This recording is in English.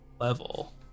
level